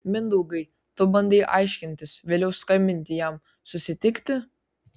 mindaugai tu bandei aiškintis vėliau skambinti jam susitikti